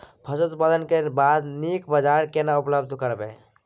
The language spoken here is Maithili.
फसल उत्पादन के बाद नीक बाजार केना उपलब्ध कराबै?